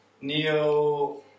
neo